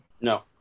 No